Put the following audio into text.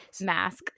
mask